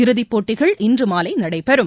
இறுதிப்போட்டிகள் இன்று மாலை நடைபெறும்